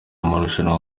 amarushanwa